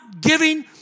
giving